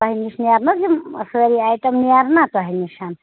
تۄہہِ نِش نیرنہٕ حظ یِم سٲری آیٹَم نیرنہ تۄہہِ نِش